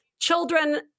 Children